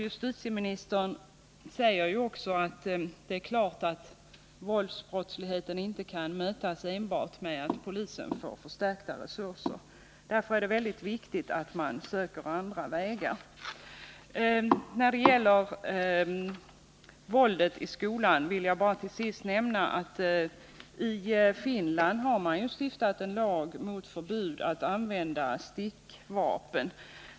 Justitieministern säger ju också att det är klart att våldsbrottsligheten inte kan mötas enbart med att polisen får förstärkta resurser. Det är mycket viktigt att man söker andra vägar. När det gäller våldet i skolan vill jag bara till sist nämna att man i Finland har stiftat en lag om förbud mot att använda stickvapen.